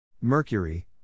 Mercury